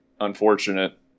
unfortunate